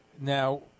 Now